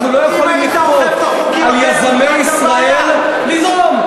אנחנו לא יכולים לכפות על יזמי ישראל ליזום.